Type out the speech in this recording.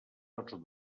tots